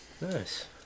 Nice